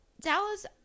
Dallas